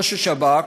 ראש השב"כ,